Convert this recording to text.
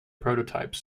prototypes